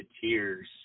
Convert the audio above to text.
tears